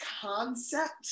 concept